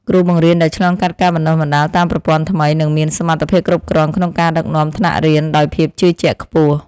គ្រូបង្រៀនដែលឆ្លងកាត់ការបណ្តុះបណ្តាលតាមប្រព័ន្ធថ្មីនឹងមានសមត្ថភាពគ្រប់គ្រាន់ក្នុងការដឹកនាំថ្នាក់រៀនដោយភាពជឿជាក់ខ្ពស់។